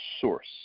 source